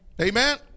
Amen